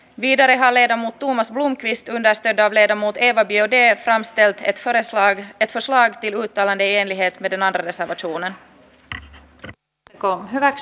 viidarehaleedammuttuna slun kristiina stendarledamot eeva joiden amstel tiet paljastaa että suoaktioitalanien lietveden andersen ratsuna oli selonteko hyväksyttiin